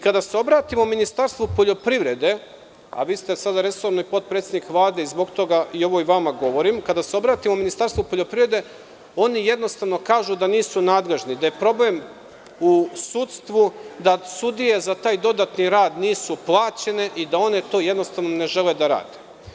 Kada se obratimo Ministarstvu poljoprivrede, a vi ste sada resorni potpredsednik Vlade, zbog toga ovo i vama govorim, kada se obratimo oni jednostavno kažu da nisu nadležni, da je problem u sudstvu, da sudije za taj dodatni rad nisu plaćene i da oni to jednostavno ne žele da rade.